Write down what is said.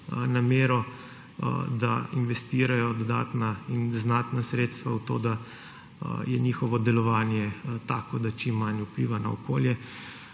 namero, da investirajo dodatna in znatna sredstva v to, da je njihove delovanje tako, da čim manj vpliva na okolje.